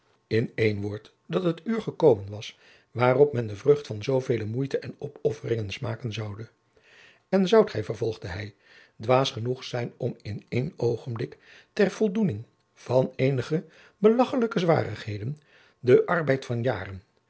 in één woord dat het uur gekomen was waarop men de vrucht van zoovele moeite en opofferingen smaken zoude en zoudt gij vervolgde hij dwaas genoeg zijn om in één oogenblik ter voldoening van eenige belagchelijke zwarigheden den arbeid van jaren